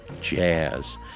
Jazz